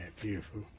Beautiful